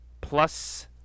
plus